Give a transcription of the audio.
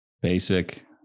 basic